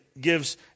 gives